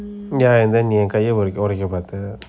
ya and then நீ ஏன் கைய உடைக்க பாத:nee yean kaiya odaika paatha